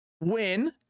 win